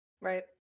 Right